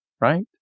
right